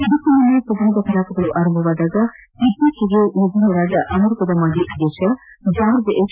ಇದಕ್ಕೂ ಮುನ್ನಾ ಸದನದ ಕಲಾಪಗಳು ಆರಂಭವಾದಾಗ ಇತ್ತೀಚೆಗೆ ನಿಧನರಾದ ಅಮೆರಿಕದ ಮಾಜಿ ಅಧ್ಯಕ್ಷ ಜಾರ್ಜ್ ಎಚ್